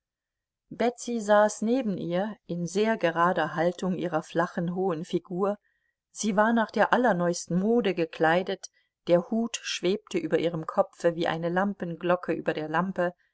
betsy saß neben ihr in sehr gerader haltung ihrer flachen hohen figur sie war nach der allerneuesten mode gekleidet der hut schwebte über ihrem kopfe wie eine lampenglocke über der lampe